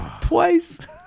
twice